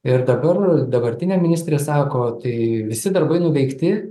ir dabar dabartinė ministrė sako tai visi darbai nuveikti